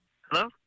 Hello